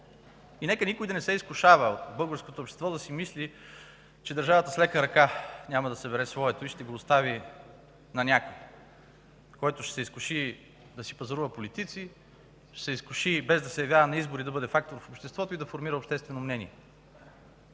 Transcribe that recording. И нека никой да не се изкушава в българското общество, да си мисли, че държавата с лека ръка няма да събере своето и ще го остави на някого, който ще се изкуши да си пазарува политици, ще се изкуши, без да се явява на избори, да бъде фактор в обществото и да формира обществено мнение.